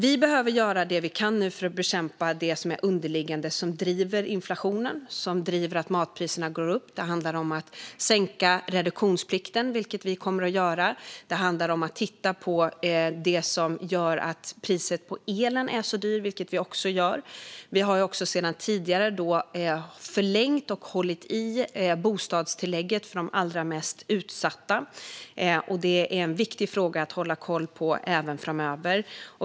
Vi behöver göra det vi kan nu för att bekämpa det som är underliggande och som driver inflationen och matpriserna uppåt. Det handlar om att sänka reduktionsplikten, vilket vi kommer att göra. Det handlar om att titta på det som gör att priset på elen är så högt, vilket vi också gör. Vi har även sedan tidigare förlängt och bibehållit bostadstillägget för de allra mest utsatta, och det är en viktig fråga att hålla koll på även framöver.